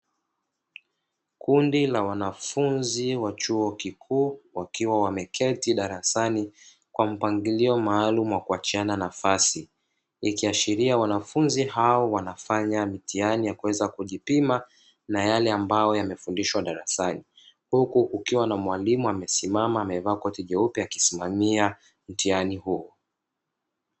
Kundi la wanafunzi wa chuo kikuu wakiwa wameketi darasani kwa mpangilio maalumu wa kuachiana nafasi, ikiashiria wanafunzi hao wanafanya mtihani wa kuweza kujipa na yale ambayo wamefundishwa darasani. Huku kukiwa na mwalimu amesimama, amevaa koti jeupe akisimamia mtihani huo.